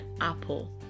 apple